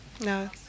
No